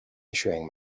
issuing